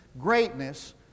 greatness